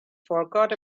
forgot